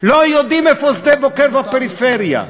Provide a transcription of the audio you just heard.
לא יודעים איפה שדה-בוקר והפריפריה.